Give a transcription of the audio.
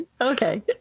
okay